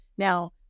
Now